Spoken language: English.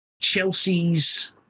Chelsea's